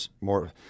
more